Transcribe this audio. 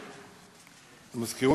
נוכחת,